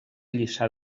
lliçà